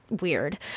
weird